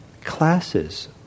classes